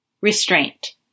Restraint